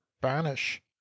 banish